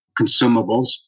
consumables